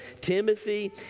Timothy